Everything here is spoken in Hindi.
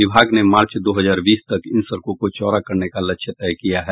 विभाग ने मार्च दो हजार बीस तक इन सड़कों को चौड़ा करने का लक्ष्य तय किया है